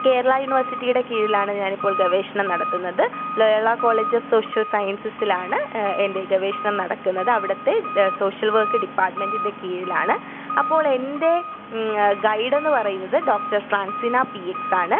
കേരള യൂണിവേഴ്സിറ്റിയുടെ കീഴിലാണ് ഞാൻ ഇപ്പോൾ ഗവേഷണം നടത്തുന്നത് ലോയോള കോളേജ് ഓഫ് സോഷ്യൽ സയൻസസിലാണ് എൻ്റെ ഗവേഷണം നടക്കുന്നത് അവിടുത്തെ സോഷ്യൽ വർക്ക് ഡിപ്പാർട്ട്മെൻറ്റിൻ്റെ കീഴിലാണ് അപ്പോൾ എൻ്റെ ഗൈഡ് എന്ന് പറയുന്നത് ഡോക്ടർ ഫ്രാൻസിന പി എക്സ് ആണ്